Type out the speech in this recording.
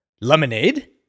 Lemonade